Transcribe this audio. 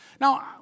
Now